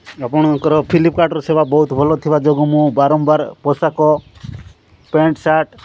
ଆପଣଙ୍କର ଫ୍ଲିପ୍କାର୍ଟ୍ର ସେବା ବହୁତ ଭଲ ଥିବା ଯୋଗୁଁ ମୁଁ ବାରମ୍ବାର ପୋଷାକ ପ୍ୟାଣ୍ଟ୍ ସାର୍ଟ୍